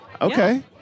Okay